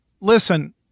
Listen